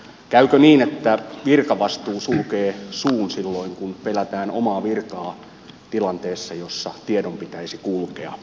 käykö niin että virkavastuu sulkee suun silloin kun pelätään oman viran puolesta tilanteessa jossa tiedon pitäisi kulkea